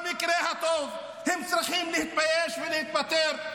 במקרה הטוב הם צריכים להתבייש ולהתפטר,